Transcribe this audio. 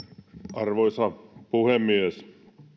arvoisa puhemies